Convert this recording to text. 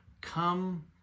come